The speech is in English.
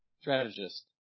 Strategist